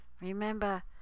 Remember